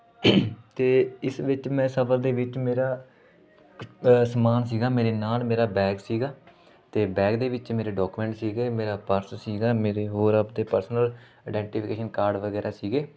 ਅਤੇ ਇਸ ਵਿੱਚ ਮੈਂ ਸਫ਼ਰ ਦੇ ਵਿੱਚ ਮੇਰਾ ਸਮਾਨ ਸੀਗਾ ਮੇਰੇ ਨਾਲ ਮੇਰਾ ਬੈਗ ਸੀਗਾ ਅਤੇ ਬੈਗ ਦੇ ਵਿੱਚ ਮੇਰੇ ਡੋਕੂਮੈਂਟ ਸੀਗੇ ਮੇਰਾ ਪਰਸ ਸੀਗਾ ਮੇਰੇ ਹੋਰ ਆਪਣੇ ਪਰਸਨਲ ਆਈਡੈਂਟੀਫਿਕੇਸ਼ਨ ਕਾਰਡ ਵਗੈਰਾ ਸੀਗੇ